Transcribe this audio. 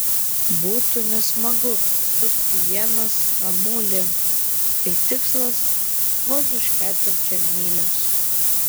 būtų nesmagu sukti ienas namų link kai tikslas vos už ketvirčio mylios